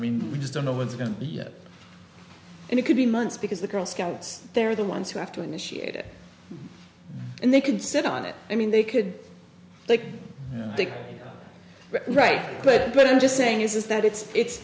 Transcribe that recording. mean we just don't know what's going on and it could be months because the girl scouts they're the ones who have to initiate it and they can sit on it i mean they could take right but what i'm just saying is that it's it's